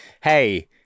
hey